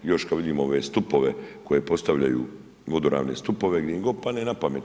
Još kad vidim ove stupove koje postavljaju, vodoravne stupove gdje im god padne na pamet.